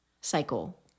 cycle